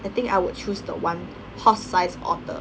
I think I would choose the one horse-sized otter